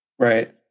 Right